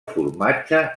formatge